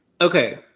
Okay